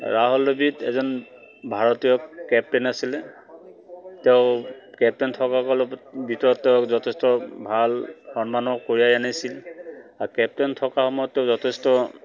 ৰাহুল দ্ৰাবিড় এজন ভাৰতীয় কেপ্টেইন আছিলে তেওঁ কেপ্তেইন থকা কালত ভিতৰত তেওঁক যথেষ্ট ভাল সন্মানো কৰাই আনিছিল আৰু কেপ্তেইন থকা সময়ত তেওঁ যথেষ্ট